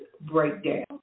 breakdown